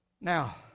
Now